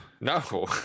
no